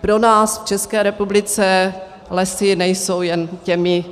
Pro nás v České republice lesy nejsou jen těmi